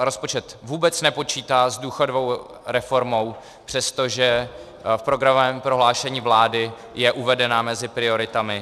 Rozpočet vůbec nepočítá s důchodovou reformou, přestože v programovém prohlášení vlády je uvedena mezi prioritami.